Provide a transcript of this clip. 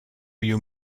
you